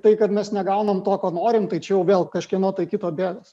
tai kad mes negaunam to ko norim tai čia jau vėl kažkieno tai kito bėdos